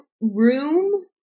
room